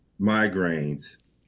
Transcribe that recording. migraines